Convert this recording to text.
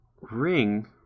ring